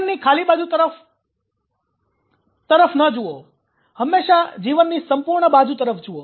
જીવનની ખાલી બાજુ તરફ ન જુઓ હંમેશાં જીવનની સંપૂર્ણ બાજુ તરફ જુઓ